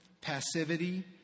passivity